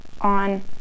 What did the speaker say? on